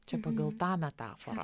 čia pagal tą metaforą